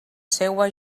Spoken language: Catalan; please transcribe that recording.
seua